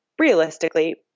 realistically